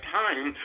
time